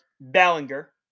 Ballinger